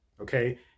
okay